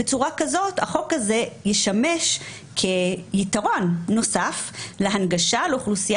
בצורה כזאת החוק הזה ישמש כיתרון נוסף להנגשה לאוכלוסייה